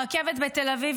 הרכבת בתל אביב?